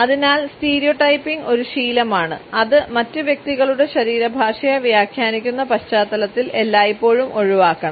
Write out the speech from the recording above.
അതിനാൽ സ്റ്റീരിയോടൈപ്പിംഗ് ഒരു ശീലമാണ് അത് മറ്റ് വ്യക്തികളുടെ ശരീരഭാഷയെ വ്യാഖ്യാനിക്കുന്ന പശ്ചാത്തലത്തിൽ എല്ലായ്പ്പോഴും ഒഴിവാക്കണം